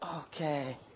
Okay